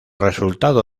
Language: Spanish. resultado